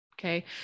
Okay